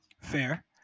Fair